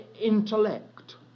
intellect